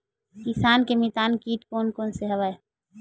किसान के मितान कीट कोन कोन से हवय?